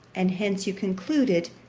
and hence you concluded,